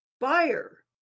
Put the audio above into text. buyer